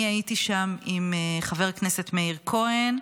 אני הייתי שם עם חבר הכנסת מאיר כהן,